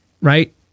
right –